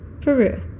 Peru